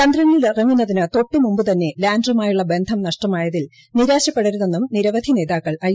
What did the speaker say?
ചന്ദ്രനിലിറങ്ങുന്നതിനു തൊട്ടുമുൻപു തന്നെ ലാൻഡറുമായുള്ള ബന്ധം നഷ്ടമായതിൽ നിരാശപ്പെടരുതെന്നും നിരവധി നേതാക്കൾ ഐ